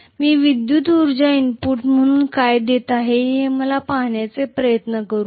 मी विद्युत उर्जा इनपुट म्हणून काय देत आहे ते मला पहाण्याचा प्रयत्न करू द्या